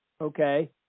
okay